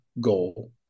goal